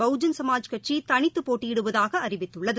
பகுஐன் சமாஜ்கட்சிதனித்துபோட்டியிடுவதாகஅறிவித்துள்ளது